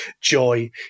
joy